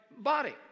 body